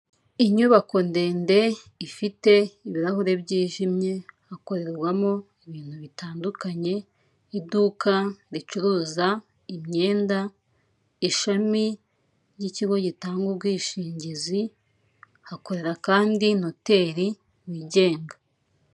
inyubako ndende ifite ibirahuri byijimye hakorerwamo ibintu bitandukanye iduka ricuruza imyenda ishami ryiikigo gitanga ubwishingizi hakorera kandi noteri wigenga